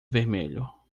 vermelho